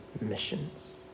missions